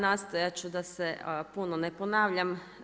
Nastojat ću da se puno ne ponavljam.